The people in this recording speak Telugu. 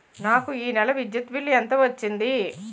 నాకు ఈ నెల విద్యుత్ బిల్లు ఎంత వచ్చింది?